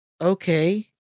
okay